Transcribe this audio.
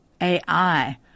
AI